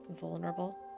vulnerable